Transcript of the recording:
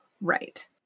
Right